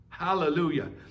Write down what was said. Hallelujah